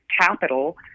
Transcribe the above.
capital